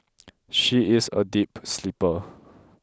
she is a deep sleeper